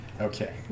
Okay